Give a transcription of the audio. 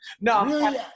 No